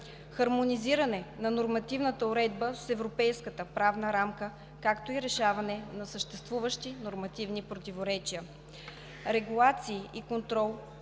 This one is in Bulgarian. Хармонизиране на нормативната уредба с европейската правна рамка, както и решаване на съществуващи нормативни противоречия.